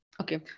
Okay